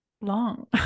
long